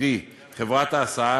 קרי חברת ההסעה,